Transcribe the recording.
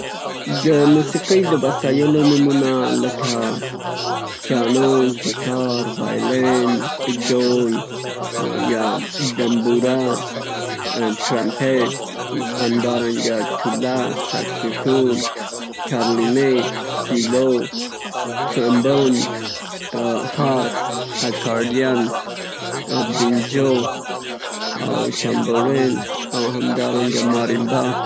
د موسیقۍ د وسایلو نومونه لکه پیانو، ګیتار، وایلن، ډول یا دمبوره، ټرمپیټ همدارنګه توله، سکسافون، کرلینید، سیلو، ټرمبون، هارپ، اکاردین، بینجو، ټمبورین او همدارنګه ماریمبه.